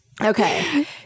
Okay